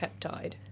peptide